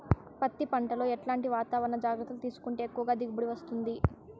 పత్తి పంట లో ఎట్లాంటి వాతావరణ జాగ్రత్తలు తీసుకుంటే ఎక్కువగా దిగుబడి వస్తుంది?